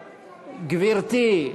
גברתי,